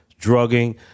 drugging